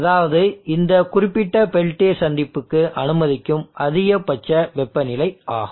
அதாவது இந்த குறிப்பிட்ட பெல்டியர் சந்திப்புக்கு அனுமதிக்கும் அதிகபட்ச வெப்பநிலை ஆகும்